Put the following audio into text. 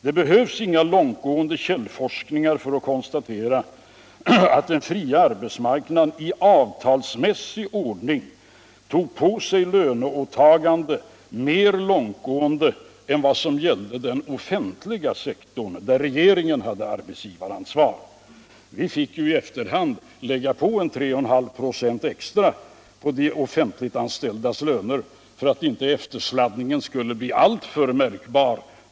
Det behövs inga långtgående källforskningar för att konstatera att den fria arbetsmarknaden i avtalsmässig ordning tog på sig löneåtaganden mer långtgående än vad som gällde inom den offentliga sektorn, där regeringen har haft arbetsgivar ansvar. Vi fick ju i efterhand lägga på 3,5 6 extra på de offentliganställdas löner för att inte eftersladdningen skulle bli alltför märkbar.